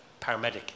paramedic